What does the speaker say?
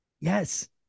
Yes